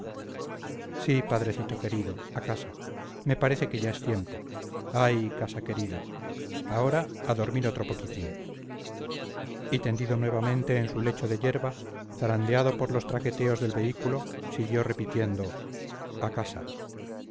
sí padrecito querido a casa me parece que ya es tiempo ay casa querida ahora a dormir otro poquitín y tendido nuevamente en su lecho de yerba zarandeado por los traqueteos del vehículo siguió repitiendo a casa